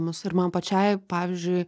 mus ir man pačiai pavyzdžiui